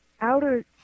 outer